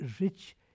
rich